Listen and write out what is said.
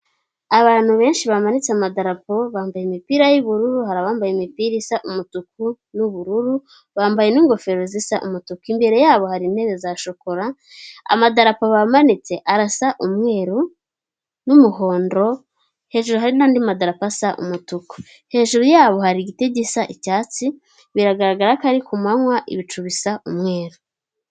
Abantu benshi bamanitse amadarapo bambaye imipira y'ubururu hari abambaye imipira isa umutuku n'ubururu bambaye n'ingofero zisa umutuku, imbere yabo hari intebe za shokora amadarapo bamanitse arasa umweru n'umuhondo, hejuru hari n'andi madarapo asa umutuku, hejuru yabo hari igiti gisa icyatsi biragaragara ko ari ku manywa ibicu bisa umweru.